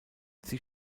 sie